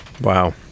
wow